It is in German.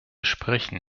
sprechen